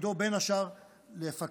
תפקידו בין השאר לפקח,